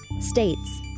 states